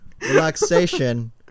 relaxation